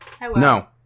No